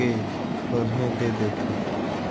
के थोरहें दे देथे